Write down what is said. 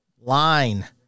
Line